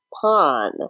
Pawn